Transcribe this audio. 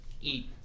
eat